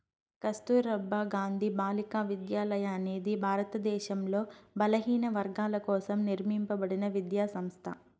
కస్తుర్బా గాంధీ బాలికా విద్యాలయ అనేది భారతదేశంలో బలహీనవర్గాల కోసం నిర్మింపబడిన విద్యా సంస్థ